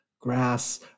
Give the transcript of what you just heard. Grass